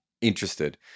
interested